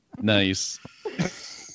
Nice